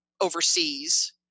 overseas